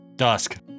Dusk